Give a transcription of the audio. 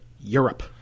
Europe